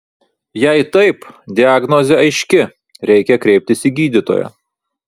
jei taip diagnozė aiški reikia kreiptis į gydytoją